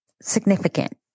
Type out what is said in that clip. significant